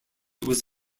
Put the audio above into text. was